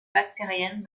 bactérienne